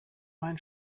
mein